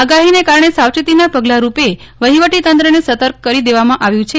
આગાહીને કારણે સાવચેતીના પગલા રૂપે વહીવટી તંત્રને સતર્ક કરી દેવામાં આવ્યું છે